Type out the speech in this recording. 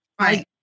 Right